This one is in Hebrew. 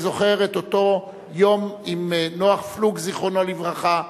אני זוכר את אותו יום עם נח פלוג, זכרו לברכה,